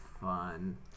fun